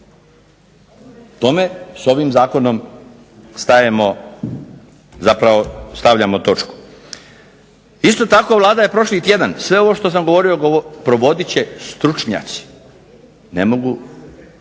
Tome s ovim zakonom stavljamo točku. Isto tako Vlada je prošli tjedan sve ovo što sam govorio provodit će stručnjaci. Ne mogu